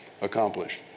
accomplished